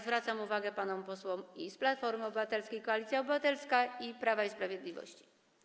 Zwracam uwagę panom posłom i z Platformy Obywatelskiej - Koalicji Obywatelskiej, i z Prawa i Sprawiedliwości.